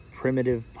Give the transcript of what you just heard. primitive